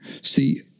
See